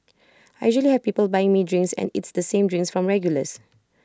I usually have people buying me drinks and it's the same drinks from regulars